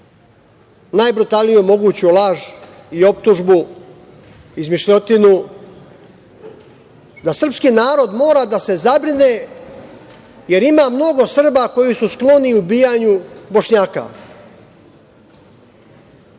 najbrutalniju moguću laž i optužbu, izmišljotinu, da srpski narod mora da se zabrine, jer ima mnogo Srba koji su skloni ubijanju Bošnjaka.